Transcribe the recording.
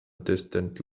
distance